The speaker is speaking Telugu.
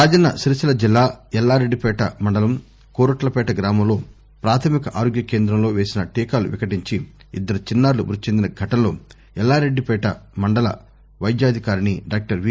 రాజన్న సిరిసిల్లా జిల్లా ఎల్లారెడ్డిపేట మండలం కోరుట్లపేట గ్రామంలో ప్రాథమిక ఆరోగ్య కేంద్రంలో వేసిన టీకాలు వికటించి ఇద్దరు చిన్నారులు మ్బతి చెందిన ఘటనలో ఎల్లారెడ్డిపేట మండల వైద్యాధికారిణి డాక్టర్ వి